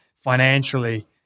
financially